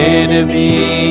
enemy